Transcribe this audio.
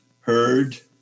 heard